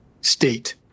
state